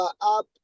up